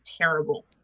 terrible